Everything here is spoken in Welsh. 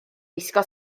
wisgo